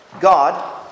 God